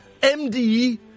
MD